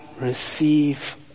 receive